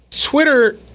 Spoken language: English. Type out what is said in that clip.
Twitter